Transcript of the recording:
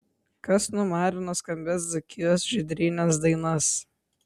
kas numarino skambias dzūkijos žydrynės dainas